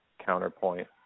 counterpoint